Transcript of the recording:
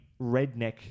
redneck